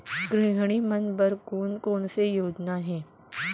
गृहिणी मन बर कोन कोन से योजना हे?